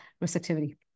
receptivity